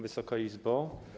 Wysoka Izbo!